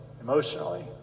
emotionally